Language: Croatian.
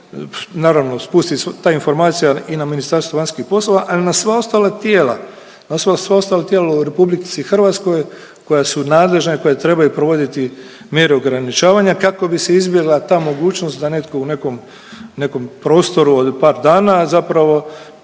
naravno spusti ta informacija i na Ministarstvo vanjskih poslova ali i na sva ostala tijela, na sva ostala tijela u RH koja su nadležna i koja trebaju provoditi mjere ograničavanja kako bi se izbjegla ta mogućnost da netko u nekom, nekom prostoru od par dana zapravo